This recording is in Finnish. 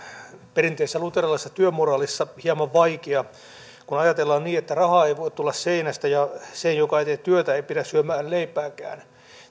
perinteisessä luterilaisessa työmoraalissa hieman vaikea kun ajatellaan niin että rahaa ei voi tulla seinästä ja sen joka ei tee työtä ei pidä syömän leipääkään